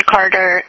Carter